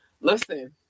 Listen